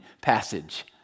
passage